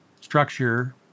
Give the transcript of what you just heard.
structure